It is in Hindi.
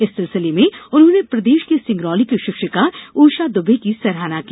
इस सिलसिले में उन्होंने प्रदेश की सिंगरौली की शिक्षिका उषा दूबे की सराहना की